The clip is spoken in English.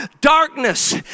Darkness